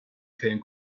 came